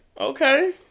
Okay